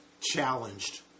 challenged